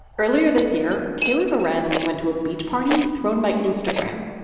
earlier this year, taylor larenz went to a beach party thrown by instagram.